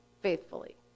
faithfully